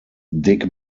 dig